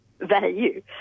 value